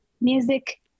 music